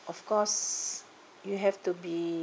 of course you have to be